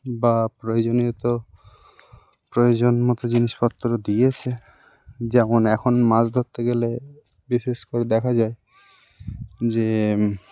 বা প্রয়োজনীয়তো প্রয়োোজনীয় মতো জিনিসপত্র দিয়েছে যেমন এখন মাছ ধরতে গেলে বিশেষ করে দেখা যায় যে